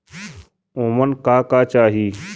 उमन का का चाही?